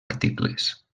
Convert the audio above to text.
articles